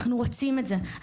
אנחנו רוצים את זה,